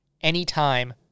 anytime